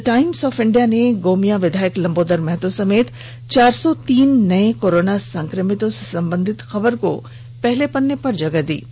the Times of India ने गोमिया विद्यायक लंबोदर महतो समेंत चार सौ तीन नए कोरोना संक्रमितों से संबधित खबर को पहले पन्ने पर जगह दिया है